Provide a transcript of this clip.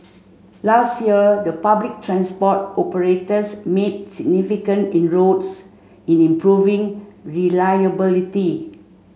last year the public transport operators made significant inroads in improving reliability